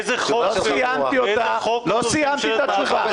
איזה חוק ממשלת מעבר לא יכולה --- אתה מחפש תירוץ